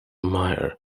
muir